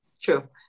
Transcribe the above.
True